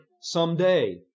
someday